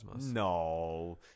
No